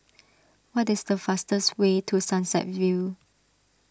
what is the fastest way to Sunset View